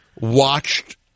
watched